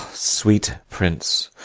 sweet prince,